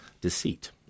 deceit